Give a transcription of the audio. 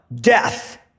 death